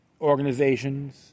organizations